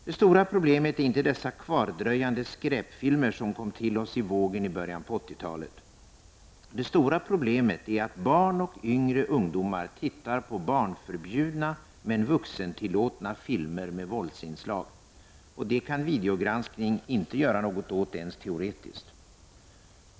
Det stora problemet är inte dessa kvardröjande skräpfilmer som kom till oss i vågen i början av 1980-talet. Det stora problemet är att barn och yngre ungdomar tittar på barnförbjudna, men vuxentillåtna, filmer med våldsinslag. Det kan videogranskning inte göra något åt ens teoretiskt.